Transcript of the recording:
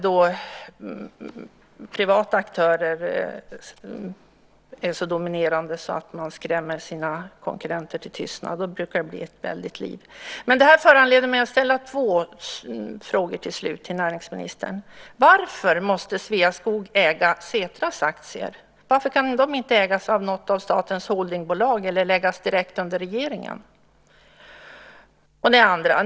Då privata aktörer är så dominerande att de skrämmer sina konkurrenter till tystnad brukar det bli ett väldigt liv. Det här föranleder mig att till slut ställa två frågor till näringsministern. Varför måste Sveaskog äga Setras aktier, varför kan de inte ägas av något av statens holdingbolag eller läggas direkt under regeringen?